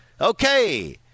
Okay